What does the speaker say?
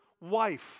wife